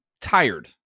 tired